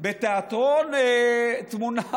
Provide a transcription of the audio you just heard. בתיאטרון תמונע